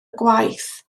gwaith